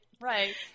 Right